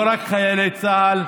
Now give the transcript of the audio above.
לא רק חיילי צה"ל,